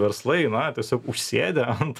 verslai na tiesiog užsėdę ant